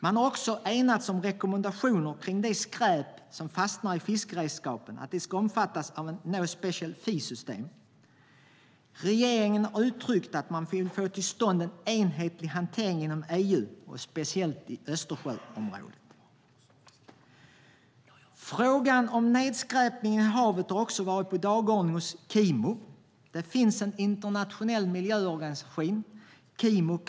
Man har också enats om rekommendationer kring att det skräp som fastnar i fiskeredskapen ska omfattas av ett no special fee-system. Regeringen har uttryckt att man vill få till stånd en enhetlig hantering inom EU och speciellt i Östersjöområdet. Frågan om nedskräpningen i havet har också varit på dagordningen hos Kimo, Kommunernas internationella miljöorganisation.